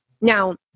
Now